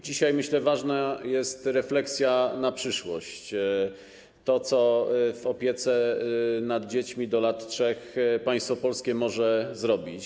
Dzisiaj, myślę, ważna jest refleksja na przyszłość, to co w opiece nad dziećmi do lat 3 państwo polskie może zrobić.